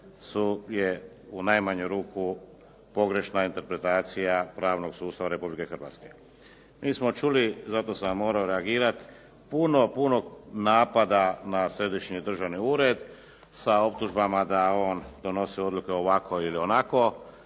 je u najmanju ruku pogrešna interpretacija pravnog sustava Republike Hrvatske. Mi smo čuli i zato sam morao reagirati puno, puno napada na središnji državni ured sa optužbama da on donosi odluke ovako ili onako.